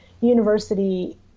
university